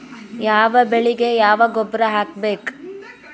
ಯಾವ ಬೆಳಿಗೆ ಯಾವ ಗೊಬ್ಬರ ಹಾಕ್ಬೇಕ್?